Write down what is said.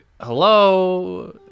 Hello